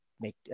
make